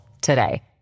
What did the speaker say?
today